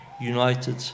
united